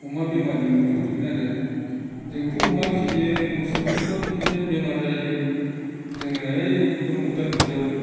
अमा बेमारनि मुलिखौ हरगोन आरो जोंथ' अमा फियो मोसौफोरब्लाबो बिदिनो बेमार जायो जोङो ओइ उदालगुरिआव